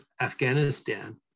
Afghanistan